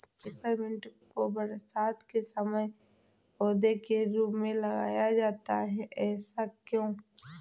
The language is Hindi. पेपरमिंट को बरसात के समय पौधे के रूप में लगाया जाता है ऐसा क्यो?